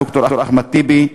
ד"ר אחמד טיבי,